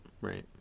right